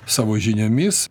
savo žiniomis